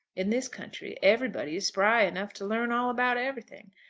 in this country everybody is spry enough to learn all about everything.